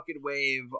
wave